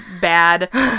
bad